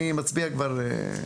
אני רוצה להעיר על משהו אחר.